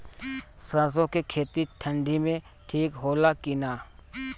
सरसो के खेती ठंडी में ठिक होला कि ना?